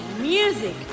music